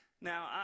Now